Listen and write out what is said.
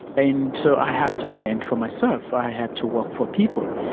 and so i had to fend for myself, i had to work for people,